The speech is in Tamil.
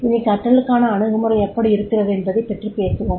இனி கற்றலுக்கான அணுகுமுறை எப்படி இருக்கிறது என்பதைப் பற்றி பேசுவோம்